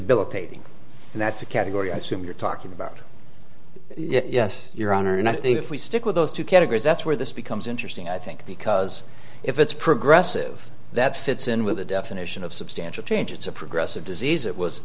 debilitating and that's a category i assume you're talking about yes your honor and i think if we stick with those two categories that's where this becomes interesting i think because if it's progressive that fits in with the definition of substantial change it's a progressive disease it was